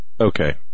Okay